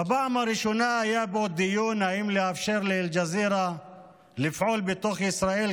בפעם הראשונה היה פה דיון אם לאפשר לאל-ג'זירה לפעול בתוך ישראל,